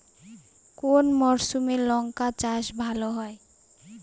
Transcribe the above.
কোন মরশুমে লঙ্কা চাষ ভালো হয়?